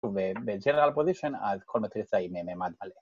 ובג'נרל פוזיישן אז כל מטריצה היא מימד מלא